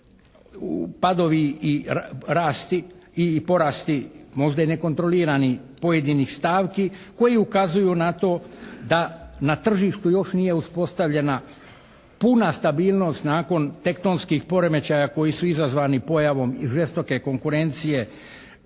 padovi i porast možda i nekontrolirani pojedinih stavki koji ukazuju na to da na tržištu još nije uspostavljena puna stabilnost nakon tektonskih poremećaja koji su izazvani pojavom i žestoke konkurencije